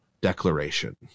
declaration